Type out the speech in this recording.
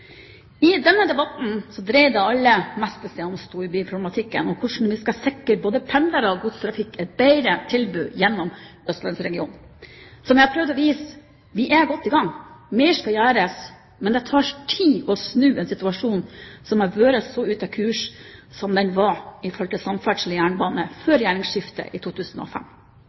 I denne debatten dreier det aller meste seg om storbyproblematikken, og hvordan vi skal sikre både pendlere og godstrafikk et bedre tilbud gjennom østlandsregionen. Som jeg har prøvd å vise: Vi er godt i gang. Mer skal gjøres, men det tar tid å snu en situasjon som har vært så ute av kurs som den var i forhold til samferdsel og jernbane før regjeringsskiftet i 2005.